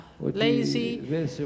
lazy